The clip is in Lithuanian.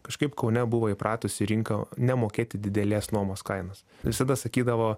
kažkaip kaune buvo įpratusi rinka nemokėti didelės nuomos kainos visada sakydavo